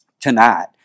tonight